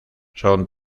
son